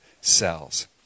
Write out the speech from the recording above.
cells